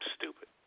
stupid